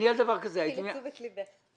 קחי לתשומת ליבך.